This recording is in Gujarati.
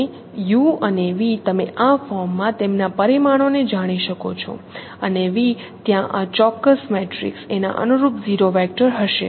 અને U અને V તમે આ ફોર્મમાં તેમના પરિમાણોને જાણી શકો છો અને V ત્યાં આ ચોક્કસ મેટ્રિક્સ એના અનુરૂપ 0 વેક્ટર હશે